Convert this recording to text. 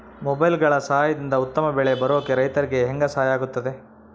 ಮೊಬೈಲುಗಳ ಸಹಾಯದಿಂದ ಉತ್ತಮ ಬೆಳೆ ಬರೋಕೆ ರೈತರಿಗೆ ಹೆಂಗೆ ಸಹಾಯ ಆಗುತ್ತೆ?